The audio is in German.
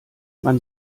man